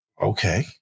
Okay